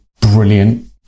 brilliant